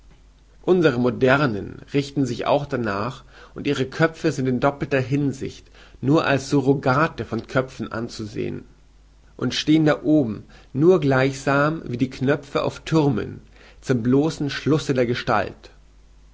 unsere modernen richten sich auch danach und ihre köpfe sind in doppelter hinsicht nur als surrogate von köpfen anzusehen und stehen da oben nur gleichsam wie die knöpfe auf thürmen zum bloßen schlusse der gestalt